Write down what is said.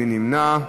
מי נמנע?